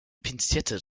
pinzette